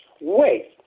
Wait